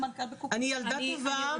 אני ילדה טובה.